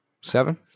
Seven